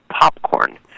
popcorn